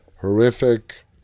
horrific